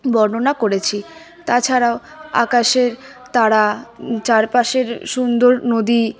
বর্ণনা করেছি তাছাড়াও আকাশের তারা চারপাশের সুন্দর নদী